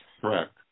Correct